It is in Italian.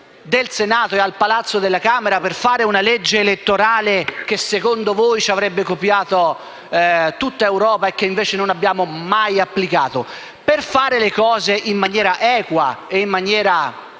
di Senato e Camera per fare una legge elettorale che, secondo voi, ci avrebbe copiato tutta Europa e che invece non abbiamo mai applicato. Per fare le cose in maniera equa e onesta verso